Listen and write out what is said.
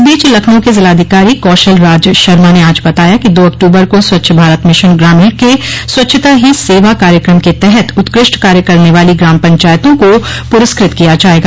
इस बीच लखनऊ के जिलाधिकारी कौशल राज शर्मा ने आज बताया कि दो अक्टूबर को स्वच्छ भारत मिशन ग्रामीण के स्वच्छता ही सेवा कार्यक्रम के तहत उत्कृष्ट कार्य करने वाली ग्राम पंचायतों को पुरस्कृत किया जायेगा